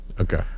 Okay